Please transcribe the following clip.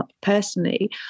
personally